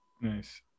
Nice